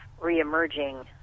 re-emerging